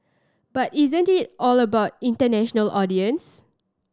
but isn't it all about international audience